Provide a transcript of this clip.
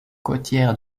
côtières